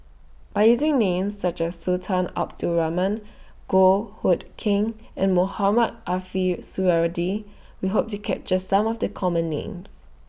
By using Names such as Sultan Abdul Rahman Goh Hood Keng and Mohamed Ariff We Hope to capture Some of The Common Names